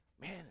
Man